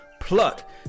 Pluck